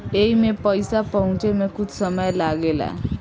एईमे पईसा पहुचे मे कुछ समय लागेला